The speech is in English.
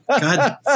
God